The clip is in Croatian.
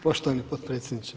Poštovani potpredsjedniče.